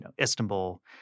Istanbul